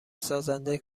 سازنده